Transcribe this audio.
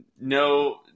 No